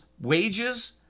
wages